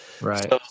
Right